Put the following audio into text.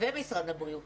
ומשרד הבריאות